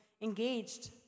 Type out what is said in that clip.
engaged